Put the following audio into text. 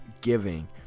giving